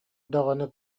даҕаны